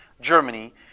Germany